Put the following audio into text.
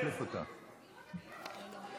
היום לא החזרת אותי לוועדה, מחקת את מיכל,